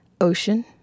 ocean